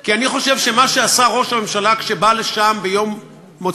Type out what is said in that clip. כי אני חושב שמה שעשה ראש הממשלה כשבא לשם במוצאי-שבת,